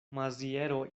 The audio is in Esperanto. maziero